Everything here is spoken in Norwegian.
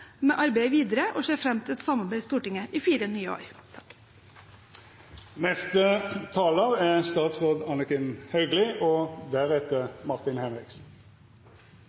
med arbeidet videre. Jeg ser fram til et samarbeid i Stortinget i fire nye år. La meg starte med å gratulere stortingsrepresentantene med ny representasjon og